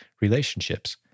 relationships